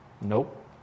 Nope